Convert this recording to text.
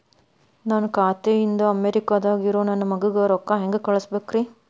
ನನ್ನ ಖಾತೆ ಇಂದ ಅಮೇರಿಕಾದಾಗ್ ಇರೋ ನನ್ನ ಮಗಗ ರೊಕ್ಕ ಹೆಂಗ್ ಕಳಸಬೇಕ್ರಿ?